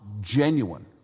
genuine